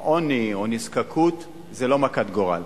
שעוני או נזקקות זה לא מכת גורל.